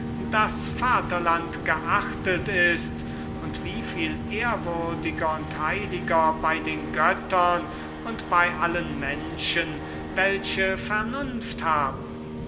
das vaterland geachtet ist und wieviel ehrwürdiger und heiliger bei den göttern und bei allen menschen welche vernunft haben